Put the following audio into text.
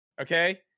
Okay